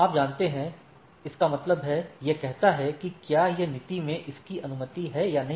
आप जानते हैं इसका मतलब है यह कहता है कि क्या यह नीति में इसकी अनुमति है या नहीं